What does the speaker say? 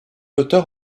auteur